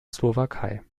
slowakei